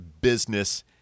business